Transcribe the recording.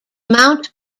mount